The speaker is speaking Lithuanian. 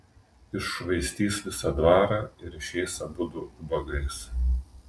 iššvaistys visą dvarą ir išeis abudu ubagais